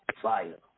Fire